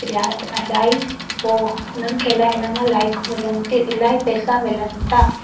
ॾिया इलाही पोइ हुननि खे इलाही उन मां लाइकूं मिलनि तियूं इलाही पैसा मिलनि था